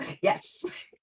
Yes